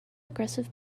aggressive